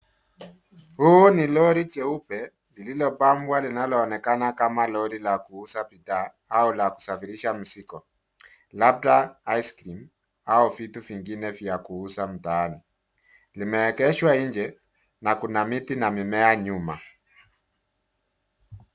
Huu ni lori jeupe, lililopambwa linaloonekana kama lori la kuuza bidhaa au la kusafirisha mzigo, labda ice cream , au vitu vingine vya kuuza mtaani. Limeegeshwa nje, na kuna miti na mimea nyuma.